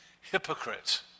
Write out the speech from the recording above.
hypocrite